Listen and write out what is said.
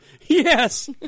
Yes